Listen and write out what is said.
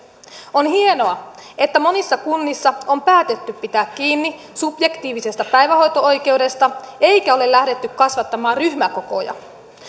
on hienoa että monissa kunnissa on päätetty pitää kiinni subjektiivisesta päivähoito oikeudesta eikä ole lähdetty kasvattamaan ryhmäkokoja